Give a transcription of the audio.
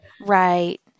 Right